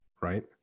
right